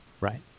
right